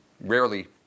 rarely